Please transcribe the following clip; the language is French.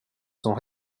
sont